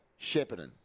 Shepparton